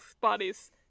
bodies